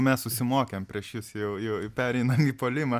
mes susimokėm prieš jus jau jau pereinam į puolimą